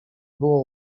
było